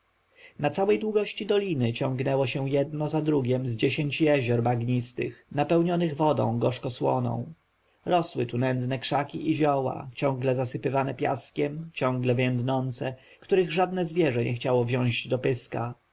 na całej długości doliny ciągnęło się jedno za drugiem z dziesięć jezior bagnistych napełnionych wodą gorzko-słoną rosły tu nędzne krzaki i zioła ciągle zasypywane piaskiem ciągle więdnące których żadne zwierzę nie chciało wziąć do pyska